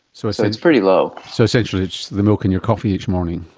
so so it's pretty low. so essentially it's the milk in your coffee each morning,